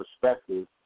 perspective